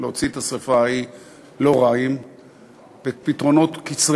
השאלה האם זה נעשה בדרך חוקית,